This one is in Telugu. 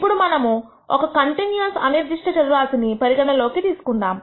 ఇప్పుడు మనము ఒక కంటిన్యూయస్ అనిర్దిష్ట చర రాశి ని పరిగణలోకి తీసుకుందాము